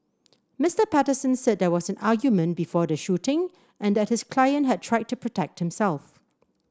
Mister Patterson said there was an argument before the shooting and that his client had tried to protect himself